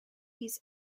his